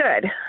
good